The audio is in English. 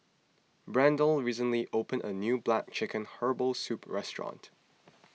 Brandyn recently opened a new Black Chicken Herbal Soup restaurant